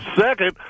Second